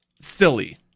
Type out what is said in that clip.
silly